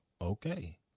Okay